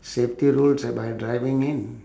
safety rules by driving in